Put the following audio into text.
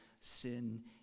sin